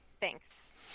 thanks